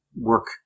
work